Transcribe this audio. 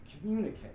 communicate